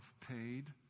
paid